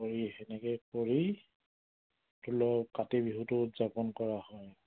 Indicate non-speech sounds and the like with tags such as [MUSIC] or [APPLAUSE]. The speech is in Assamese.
কৰি তেনেকৈ কৰি [UNINTELLIGIBLE] কাতি বিহুটো উদযাপন কৰা হয়